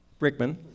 Brickman